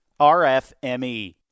RFME